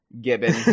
Gibbon